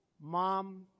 mom